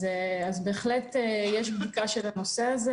בהחלט יש בדיקה של הנושא הזה.